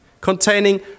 containing